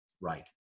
Right